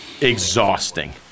Exhausting